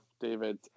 David